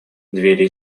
двери